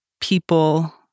people